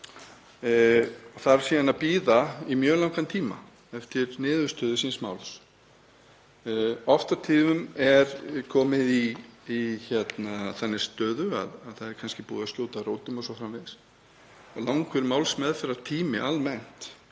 kerfinu þarf að bíða í mjög langan tíma eftir niðurstöðu síns máls. Oft og tíðum er það komið í þannig stöðu að það er kannski búið að skjóta rótum o.s.frv. Það er langur málsmeðferðartími almennt.